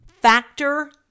Factor